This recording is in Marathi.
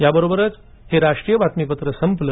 याबरोबरच हे राष्ट्रीय बातमीपत्र संपलं